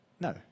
No